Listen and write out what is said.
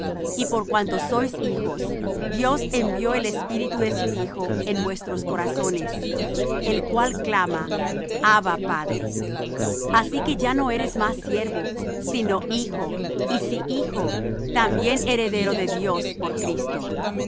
y por cuanto sois hijos dios envió el espíritu de su hijo en vuestros corazones el cual clama abba padre así que ya no eres más siervo sino hijo y si hijo también heredero de dios por cristo